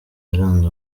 yaranze